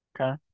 Okay